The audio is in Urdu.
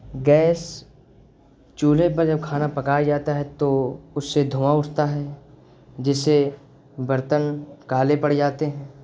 گیس چولھے پر جب کھانا پکایا جاتا ہے تو اس سے دھواں اٹھتا ہے جس سے برتن کالے پڑ جاتے ہیں